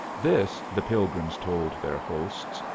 this, the pilgrims told their hosts,